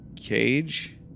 cage